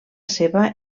seva